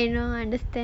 ah ya I know understand